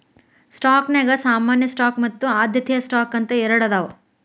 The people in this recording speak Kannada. ಸ್ಟಾಕ್ನ್ಯಾಗ ಸಾಮಾನ್ಯ ಸ್ಟಾಕ್ ಮತ್ತ ಆದ್ಯತೆಯ ಸ್ಟಾಕ್ ಅಂತ ಎರಡದಾವ